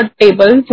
table